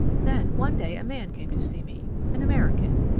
then one day a man came to see me an american.